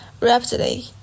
rapidly